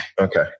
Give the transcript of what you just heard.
Okay